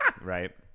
Right